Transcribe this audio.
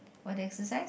what exercise